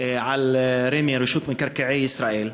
על רמ"י, רשות מקרקעי ישראל,